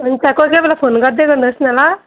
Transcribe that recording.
हुन्छ कोही कोही बेला फोन गर्दै गर्नुहोस् न ल